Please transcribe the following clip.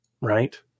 Right